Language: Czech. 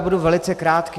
Budu velice krátký.